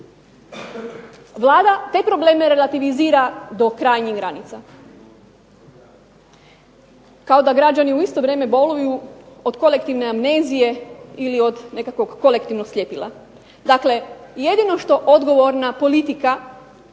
Vlada te probleme relativizira do krajnjih granica. Kao da građani u isto vrijeme boluju od kolektivne amnezije ili od nekakvog kolektivnog sljepila. Dakle, jedino što odgovorna politika